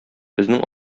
безнең